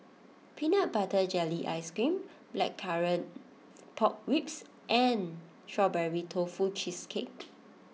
Peanut Butter Jelly Ice Cream Blackcurrant Pork Ribs and Strawberry Tofu Cheesecake